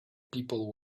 people